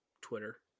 Twitter